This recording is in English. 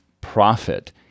profit